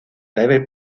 david